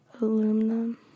aluminum